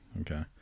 Okay